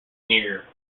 near